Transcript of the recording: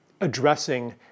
addressing